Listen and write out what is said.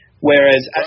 Whereas